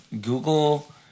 Google